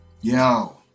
Yo